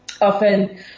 Often